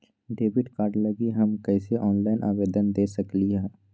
Debit card लागी हम कईसे ऑनलाइन आवेदन दे सकलि ह?